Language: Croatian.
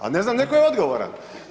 Pa ne znam netko je odgovoran.